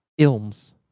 Ilms